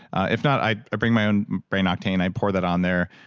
if not, i i bring my own brain octane. i pour that on there.